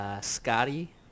Scotty